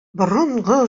борынгы